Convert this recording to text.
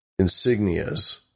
insignias